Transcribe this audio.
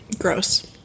gross